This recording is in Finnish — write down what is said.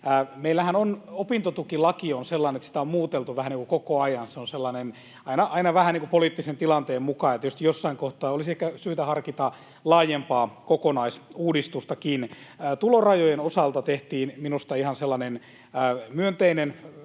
Meillähän opintotukilaki on sellainen, että sitä on muuteltu vähän koko ajan, aina vähän poliittisen tilanteen mukaan, ja tietysti jossain kohtaa olisi ehkä syytä harkita laajempaa kokonaisuudistustakin. Tulorajojen osalta tehtiin minusta ihan sellainen myönteinen